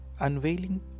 unveiling